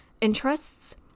interests